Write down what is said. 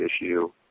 issue